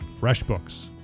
FreshBooks